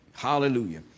Hallelujah